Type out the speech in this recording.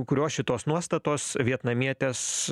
kurios šitos nuostatos vietnamietės